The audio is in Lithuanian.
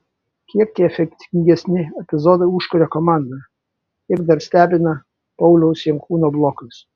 kiek tie efektingesni epizodai užkuria komandą kiek dar stebina pauliaus jankūno blokas